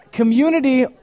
Community